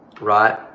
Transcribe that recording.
right